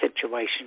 situation